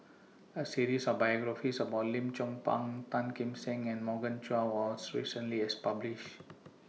A series of biographies about Lim Chong Pang Tan Kim Seng and Morgan Chua was recently published